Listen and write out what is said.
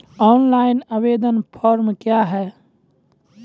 Online आवेदन form क्या हैं?